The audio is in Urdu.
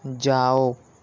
جاؤ